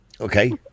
Okay